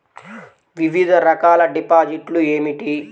వివిధ రకాల డిపాజిట్లు ఏమిటీ?